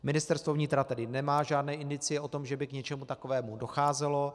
Ministerstvo vnitra tedy nemá žádné indicie o tom, že by k něčemu takovému docházelo.